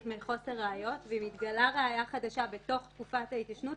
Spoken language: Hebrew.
מחוסר ראיות ומתגלה ראיה חדשה בתוך תקופת ההתיישנות,